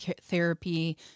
therapy